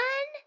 One